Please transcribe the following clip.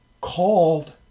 called